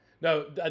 No